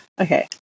Okay